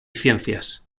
ciencias